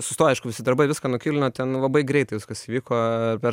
sustojo aišku visi darbai viską nukilino ten labai greitai viskas įvyko per